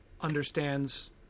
understands